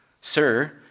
Sir